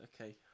okay